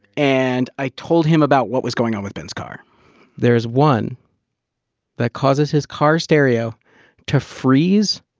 and i told him about what was going on with ben's car there is one that causes his car stereo to freeze,